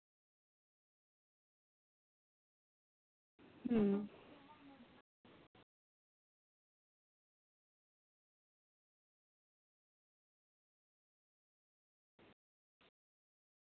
ᱦᱩᱸ